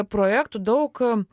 projektų daug